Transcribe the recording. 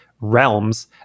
realms